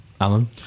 Alan